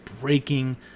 breaking